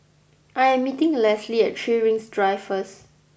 I am meeting Lesly at Three Rings Drive first